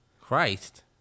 Christ